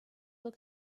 look